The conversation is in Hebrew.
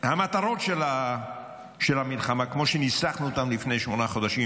המטרות של המלחמה כמו שניסחנו אותן לפני שמונה חודשים,